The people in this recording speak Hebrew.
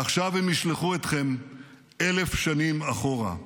עכשיו הם ישלחו אתכם 1,000 שנים אחורה.